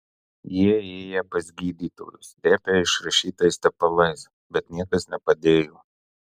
jie ėję pas gydytojus tepę išrašytais tepalais bet niekas nepadėjo